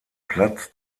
platz